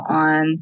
on